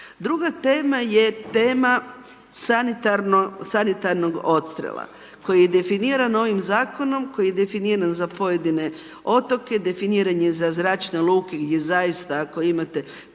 Druga tema je tema sanitarnog odstrela, koji je definiran ovim zakonom koji je definiran za pojedine otoke, definiran je za zračne luke i zaista ako imate